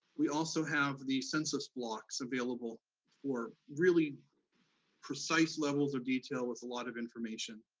we also have the census blocks available for really precise levels of detail with a lot of information,